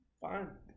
Fine